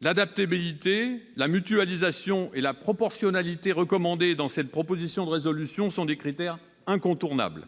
L'adaptabilité, la mutualisation et la proportionnalité recommandées dans cette proposition de résolution sont des critères incontournables.